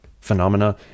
phenomena